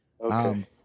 Okay